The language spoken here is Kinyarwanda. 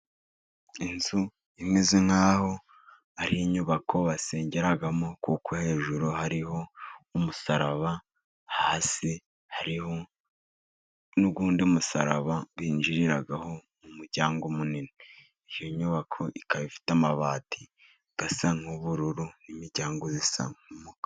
Inzu imeze nk'aho ari inyubako basengeramo, kuko hejuru hariho umusaraba, hasi hari n'undi musaraba binjiriraho mu muryango munini. Iyo nyubako ikaba ifite amabati asa nk'ubururu n'imiryango isa nk'umukara.